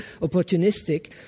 opportunistic